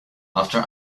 after